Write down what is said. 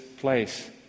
place